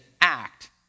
act